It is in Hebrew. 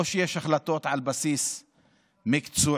או שיש החלטות על בסיס מקצועי,